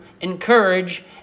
Encourage